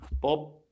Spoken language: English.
Bob